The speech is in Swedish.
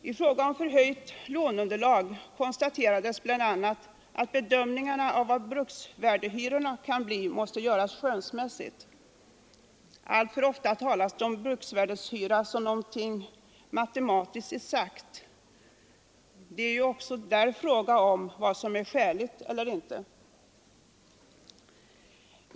I fråga om förhöjt låneunderlag konstateras bl.a. att bedömningarna av bruksvärdehyrornas storlek måste göras skönsmässigt. Alltför ofta talas det om bruksvärdehyra som någonting matematiskt exakt — det är ju också där fråga om vad som är skäligt eller inte.